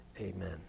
Amen